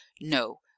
No